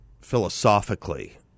philosophically